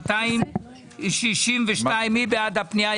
מספר 262. מי בעד אישור הפנייה?